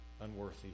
unworthy